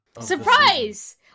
Surprise